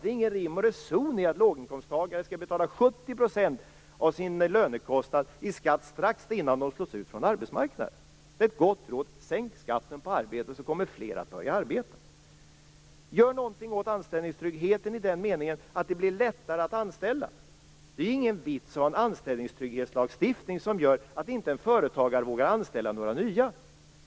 Det är ingen rim och reson i att låginkomsttagare skall betala 70 % av sin lönekostnad i skatt strax innan de slås ut från arbetsmarknaden. Det är ett gott råd. Sänk skatten på arbete, så kommer fler att börja arbeta! Gör någonting åt anställningstryggheten i den meningen att det blir lättare att anställa. Det är ingen vits att ha en anställningstrygghetslagstiftning som gör att inte en företagare vågar anställa några nya.